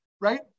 Right